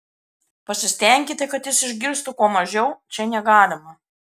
pasistenkite kad jis išgirstų kuo mažiau čia negalima